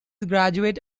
graduate